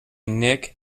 nick